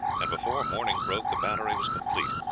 and before morning broke the battery was complete.